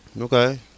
Okay